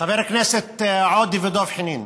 חברי הכנסת עודה ודב חנין,